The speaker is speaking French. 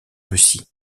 russie